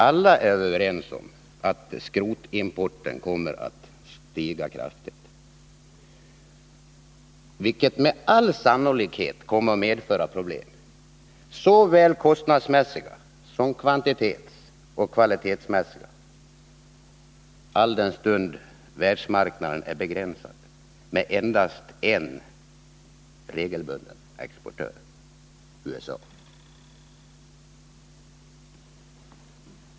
Alla är överens om att skrotimporten kommer att stiga kraftigt, vilket med all sannolikhet kommer att medföra problem såväl kostnadsmässigt som kvantitetsoch kvalitetsmässigt, alldenstund världsmarknaden endast har ett land som exporterar regelbundet, nämligen USA.